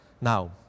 Now